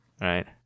right